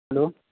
hello